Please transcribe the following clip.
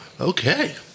Okay